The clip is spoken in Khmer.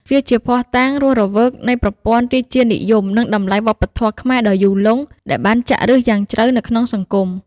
វាជាភស្តុតាងរស់រវើកនៃប្រព័ន្ធរាជានិយម និងតម្លៃវប្បធម៌ខ្មែរដ៏យូរលង់ ដែលបានចាក់ឫសយ៉ាងជ្រៅនៅក្នុងសង្គម។